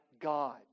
God